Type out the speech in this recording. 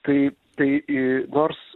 tai tai i nors